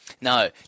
No